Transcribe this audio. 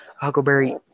huckleberry